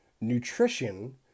Nutrition